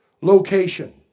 Location